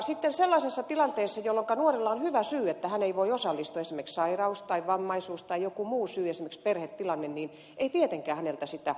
sitten sellaisessa tilanteessa jolloin nuorella on hyvä syy että hän ei voi osallistua esimerkiksi sairaus tai vammaisuus tai jokin muu syy esimerkiksi perhetilanne ei tietenkään häneltä sitä evätä